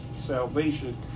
salvation